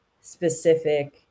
specific